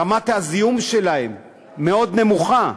רמת הזיהום שלהם מאוד נמוכה,